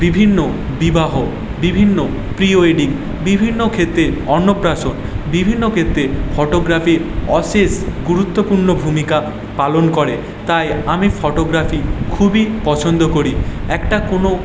বিভিন্ন বিবাহ বিভিন্ন প্রি ওয়েডিং বিভিন্ন ক্ষেত্রে অন্নপ্রাশন বিভিন্ন ক্ষেত্রে ফটোগ্রাফির অশেষ গুরুত্বপূর্ণ ভূমিকা পালন করে তাই আমি ফটোগ্রাফি খুবই পছন্দ করি একটা কোনো